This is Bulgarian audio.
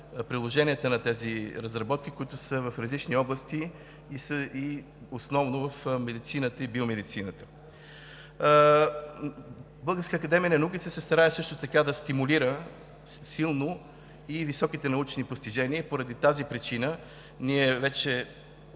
приложенията на тези разработки, които са в различни области, основно в медицината и биомедицината. Българската академия на науките се старае да стимулира силно и високите научни постижения. Поради тази причина ние вече